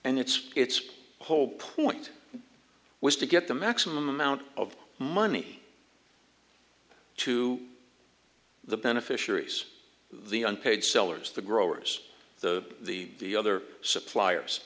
and it's its whole point was to get the maximum amount of money to the beneficiaries the unpaid sellers the growers the the other suppliers